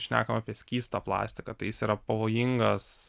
šnekam apie skystą plastiką tai jis yra pavojingas